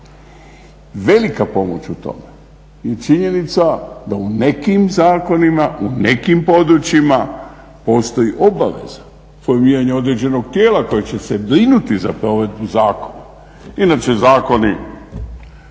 Velika pomoć u tome je činjenica da u nekim zakonima, u nekim područjima postoji obaveza, formiranje određenog tijela koje će se brinuti za provedbu zakona. Inače zakoni,